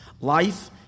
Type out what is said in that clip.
Life